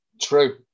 True